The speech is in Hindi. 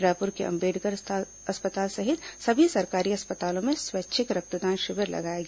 रायपुर के अंबेडकर अस्पताल सहित सभी सरकारी अस्पतालों में स्वैच्छिक रक्तदान शिविर लगाया गया